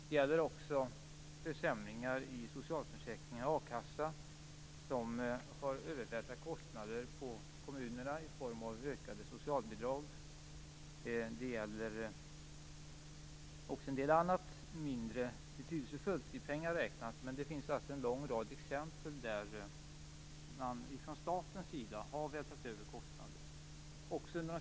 Det gäller också försämringar i socialförsäkringar och a-kassa, vilka har övervältrat kostnader på kommunerna i form av ökade socialbidrag. Det gäller också en del annat mindre betydelsefullt i pengar räknat. Det finns alltså en lång rad exempel där man från statens sida har vältrat över kostnader.